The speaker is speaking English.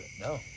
No